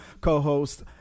co-host